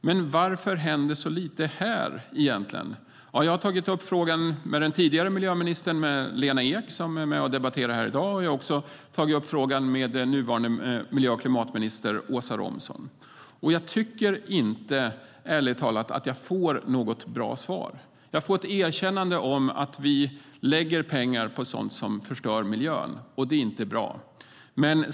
Men varför händer så lite här? Jag har tagit upp frågan med den tidigare miljöministern, Lena Ek som är med och debatterar i dag, och med nuvarande klimat och miljöminister Åsa Romson. Men jag tycker ärligt talat inte att jag har fått något bra svar. Jag får ett erkännande om att vi lägger pengar på sådant som förstör miljön och att det inte är bra.